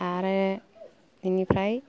आरो बिनिफ्राय